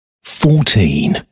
Fourteen